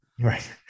Right